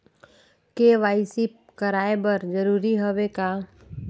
KYC कराय बर जरूरी हवे का?